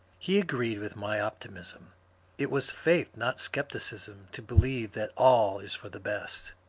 he agreed with my optimism it was faith, not scepticism, to believe that all is for the best.